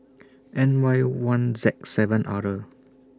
N Y one Z seven R